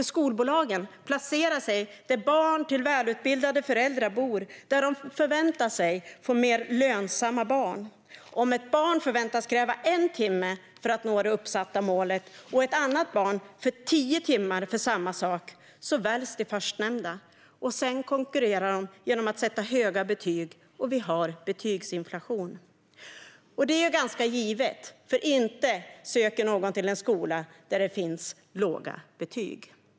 Skolbolagen placerar sig nämligen där barn till välutbildade föräldrar bor och där de förväntar sig att få mer lönsamma barn. Om ett barn förväntas kräva en timme för att nå det uppsatta målet och ett annat barn tio timmar för samma sak väljs det förstnämnda. Sedan konkurrerar de genom att sätta höga betyg, och vi har betygsinflation. Detta är ganska givet, för inte söker någon till en skola där betygen är låga.